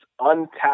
untapped